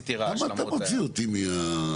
למה אתה מוציא אותי מהפוקוס?